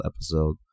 episode